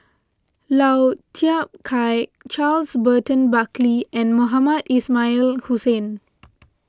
Lau Chiap Khai Charles Burton Buckley and Mohamed Ismail Hussain